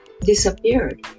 disappeared